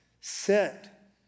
set